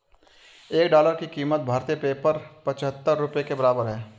एक डॉलर की कीमत भारतीय पेपर पचहत्तर रुपए के बराबर है